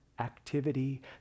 Activity